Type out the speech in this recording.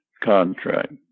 contract